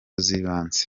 z’ibanze